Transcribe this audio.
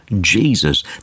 Jesus